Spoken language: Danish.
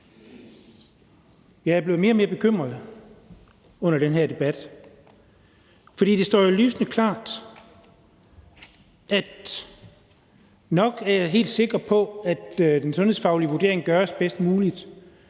Jeg er blevet mere og mere bekymret under den her debat, for det står jo lysende klart. Nok er jeg helt sikker på, at den sundhedsfaglige vurdering gøres bedst muligt,